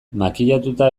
makillatuta